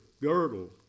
girdle